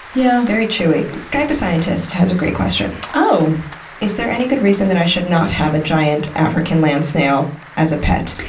yeah very chewy. skype a scientist has a great question is there any good reason that i should not have a giant african land snail as a pet?